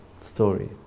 story